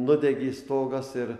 nudegė stogas ir